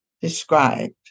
described